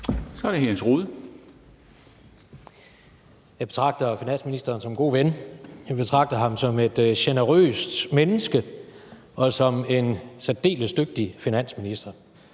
Rohde (RV): Jeg betragter finansministeren som en god ven, jeg betragter ham som et generøst menneske og som en særdeles dygtig finansminister.